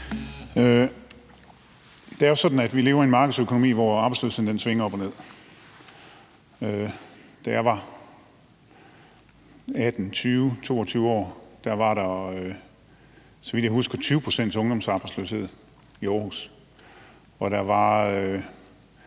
Det er jo sådan, at vi lever i en markedsøkonomi, hvor arbejdsløsheden svinger op og ned. Da jeg var 18, 20, 22 år, var der, så vidt jeg husker, 20 pct. ungdomsarbejdsløshed i Aarhus, og der var